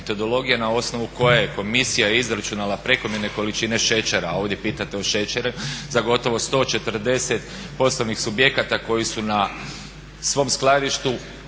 na osnovu koje je Komisija izračunala prekomjerne količine šećera a ovdje pitate o šećeru za gotovo 140 poslovnih subjekata koji su na svom skladištu